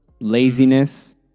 laziness